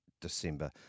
December